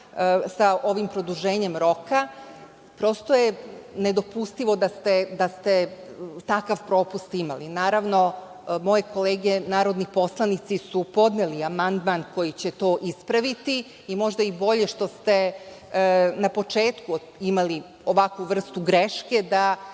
sa ovim produženjem roka. Prosto je nedopustivo da ste takav propust imali. Naravno, moje kolege narodni poslanici su podneli amandman koji će to ispraviti i možda i bolje što ste na početku imali ovakvu vrstu greške